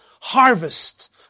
harvest